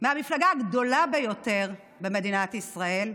מהמפלגה הגדולה ביותר במדינת ישראל,